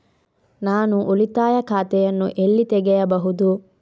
ನಾನು ಉಳಿತಾಯ ಖಾತೆಯನ್ನು ಎಲ್ಲಿ ತೆಗೆಯಬಹುದು?